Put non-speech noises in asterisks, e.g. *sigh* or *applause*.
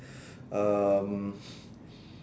um *breath*